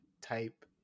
type